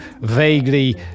vaguely